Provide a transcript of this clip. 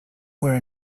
were